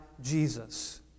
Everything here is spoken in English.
Jesus